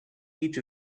each